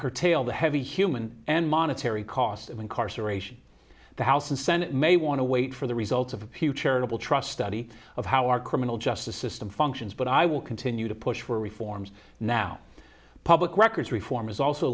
curtail the heavy human and monetary cost of incarceration the house and senate may want to wait for the results of a pew charitable trust study of how our criminal justice system functions but i will continue to push for reforms now public records reform is also